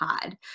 Pod